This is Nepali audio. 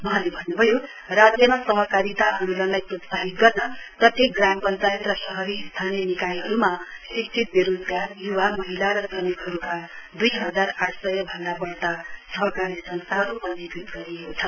वहाँले भन्नुभयो राज्यमा सहकारिता आन्दोलनलाई प्रोत्साहित गर्न प्रत्येक ग्राम पंचायत र शहरी स्थानीय निकायहरुमा शिक्षित वेरोजगार युवा महिला र श्रमिकहरुका दुइहजार आठसय भन्दा वढ़ता सहकारी संस्थाहरु पञ्जीकृत गरिएको छ